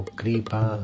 kripa